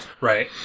Right